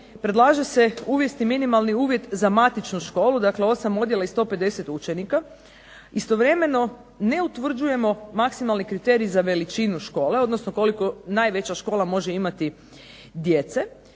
predlaže se uvesti minimalni uvjet za matičnu školu, dakle 8 odjela i 150 učenika, istovremeno ne utvrđujemo maksimalni kriterij za veličinu škole, odnosno koliko najveća škola može imati djece.